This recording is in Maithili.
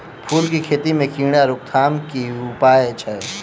फूल केँ खेती मे कीड़ा रोकथाम केँ की उपाय छै?